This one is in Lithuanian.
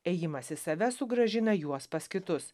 ėjimas į save sugrąžina juos pas kitus